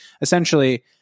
essentially